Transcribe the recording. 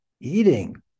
eating